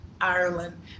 Ireland